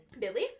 Billy